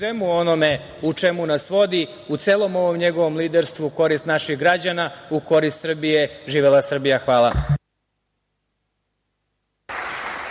svemu onome u čemu nas vodi. U celom njegovom liderstvu u korist naših građana, u korist Srbije. Živela Srbija. Hvala.